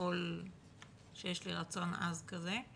ככל שיש לי רצון עז כזה,